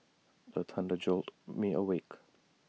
the thunder jolt me awake